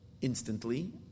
instantly